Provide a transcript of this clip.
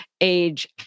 age